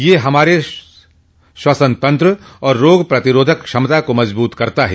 यह हमारे श्वसन तंत्र और रोग प्रतिरोधक क्षमता को मजबूत करता है